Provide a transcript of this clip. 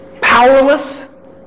powerless